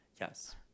Yes